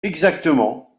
exactement